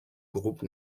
groupe